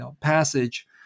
passage